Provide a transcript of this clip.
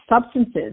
substances